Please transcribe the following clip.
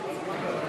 משרד הביטחון,